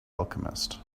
alchemist